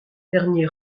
dernier